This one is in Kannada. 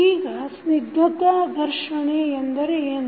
ಈಗ ಸ್ನಿಗ್ಧತಾ ಘರ್ಷಣೆ ಎಂದರೇನು